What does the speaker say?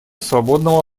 свободного